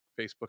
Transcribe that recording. facebook